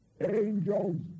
Angels